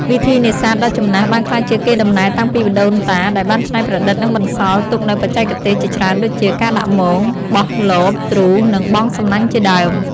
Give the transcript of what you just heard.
វិធីនេសាទដ៏ចំណាស់បានក្លាយជាកេរដំណែលតាំងពីដូនតា ដែលបានច្នៃប្រឌិត និងបន្សល់ទុកនូវបច្ចេកទេសជាច្រើនដូចជា ការដាក់មង បោះលប ទ្រូ និងបង់សំណាញ់ជាដើម។